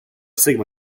sigma